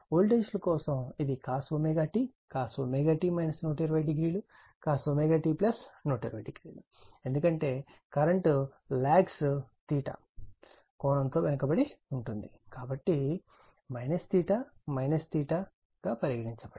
వోల్టేజ్ల కోసం ఇది cost cost 1200 cost1200 ఎందుకంటే కరెంట్ లాగ్స్ కోణం తో వెనుకబడి ఉంటుంది కాబట్టి గా పరిగణించబడినది